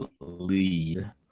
lead